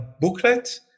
booklet